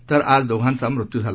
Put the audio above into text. तर आज दोघांचा मृत्यू झाला